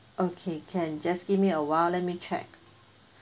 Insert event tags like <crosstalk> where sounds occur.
okay can just give me a while let me check <breath>